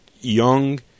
young